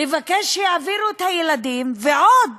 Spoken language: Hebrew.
לבקש שיעבירו את הילדים, ועוד